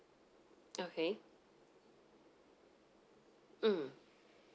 okay mm